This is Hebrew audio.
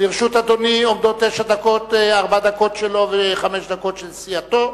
לרשות אדוני עומדות תשע דקות: ארבע דקות שלו וחמש דקות של סיעתו.